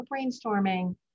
brainstorming